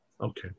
Okay